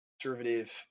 conservative